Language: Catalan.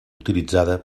utilitzada